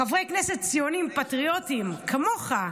חברי כנסת ציונים פטריוטים גם כמוך,